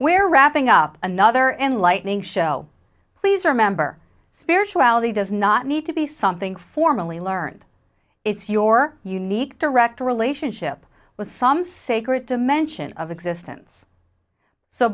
where wrapping up another enlightening show please remember spirituality does not need to be something formally learned it's your unique direct relationship with some sacred dimension of existence so